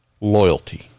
loyalty